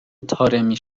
طارمی